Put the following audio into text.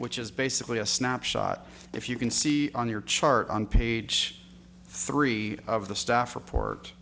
which is basically a snapshot if you can see on your chart on page three of the staff report